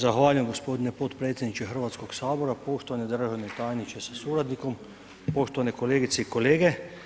Zahvaljujem g. potpredsjedniče Hrvatskog sabora, poštovani državni tajniče sa suradnikom, poštovane kolegice i kolege.